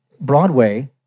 Broadway